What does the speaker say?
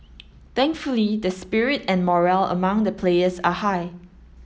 thankfully the spirit and morale among the players are high